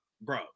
bro